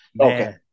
okay